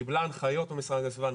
קבלה הנחיות מהמשרד להגנת הסביבה,